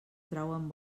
trauen